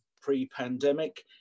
pre-pandemic